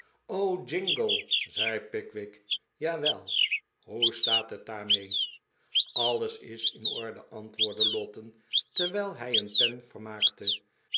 jingle zei pickwick jawel hoe staat het daarmee alles is in orde antwoordde lowten terwijl hij een pen vermaakte